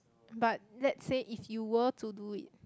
but let's say if you were to do it